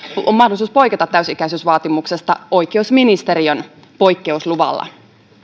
on mahdollista poiketa täysi ikäisyysvaatimuksesta oikeusministeriön poikkeusluvalla